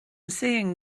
seeing